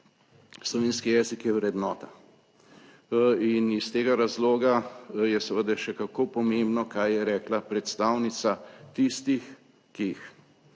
Slovenski jezik je vrednota in iz tega razloga je seveda še kako pomembno kaj je rekla predstavnica tistih, ki jih